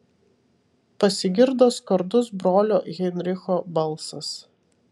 pasigirdo skardus brolio heinricho balsas